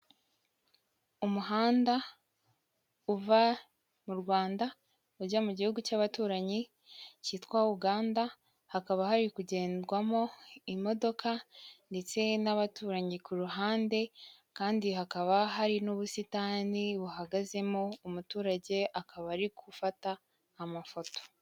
Umuhanda uva mu Rwanda ujya mu gihugu cy'abaturanyi cyitwa Uganda, hakaba hari kugendwamo imodoka ndetse n'abaturanyi ku ruhande kandi hakaba hari n'ubusitani buhagazemo umuturage, akaba ari gufata amafoto.